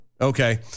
Okay